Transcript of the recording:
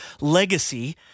legacy